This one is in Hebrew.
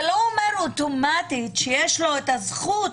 זה לא אומר אוטומטית שיש לו הזכות